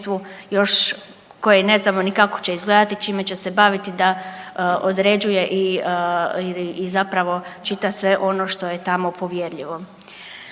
koje ne znamo ni kako će izgledati, čime će se baviti da određuje i zapravo čita sve ono što je tamo povjerljivo.